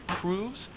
proves